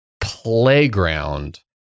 playground